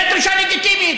זאת דרישה לגיטימית.